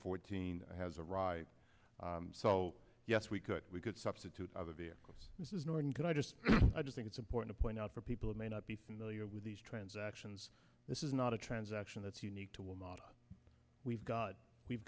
fourteen has arrived so yes we could we could substitute other vehicles this is north and good i just think it's important to point out for people who may not be familiar with these transactions this is not a transaction that's unique to when we've got we've